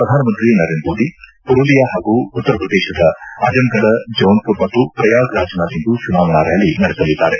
ಪ್ರಧಾನಮಂತ್ರಿ ನರೇಂದ್ರ ಮೋದಿ ಪುರುಲಿಯಾ ಹಾಗೂ ಉತ್ತರ ಪ್ರದೇಶದ ಅಜಮ್ಗಢ ಜೌನ್ಪುರ್ ಮತ್ತು ಪ್ರಯಾಗ್ರಾಜ್ನಲ್ಲಿಂದು ಚುನಾವಣಾ ರ್ಖಾಲಿ ನಡೆಸಲಿದ್ದಾರೆ